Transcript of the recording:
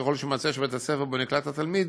ככל שימצא שבית-הספר שבו נקלט התלמיד